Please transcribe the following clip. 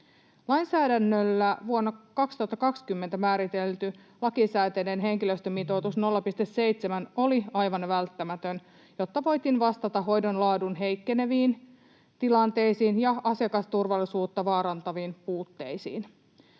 Lainsäädännöllä vuonna 2020 määritelty lakisääteinen henkilöstömitoitus 0,7 oli aivan välttämätön, jotta voitiin vastata hoidon laadun heikkeneviin tilanteisiin ja asiakasturvallisuutta vaarantaviin puutteisiin.